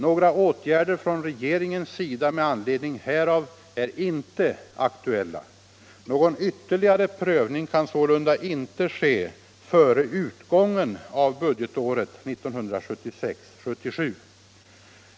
Några åtgärder från regeringens sida med anledning härav är inte aktuella. Någon ytterligare prövning kan sålunda inte ske före utgången av budgetåret 1976/77.